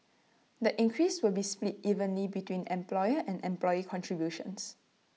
the increase will be split evenly between employer and employee contributions